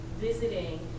visiting